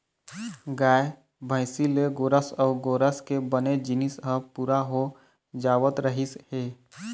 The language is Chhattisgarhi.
गाय, भइसी ले गोरस अउ गोरस के बने जिनिस ह पूरा हो जावत रहिस हे